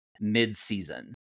mid-season